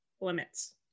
limits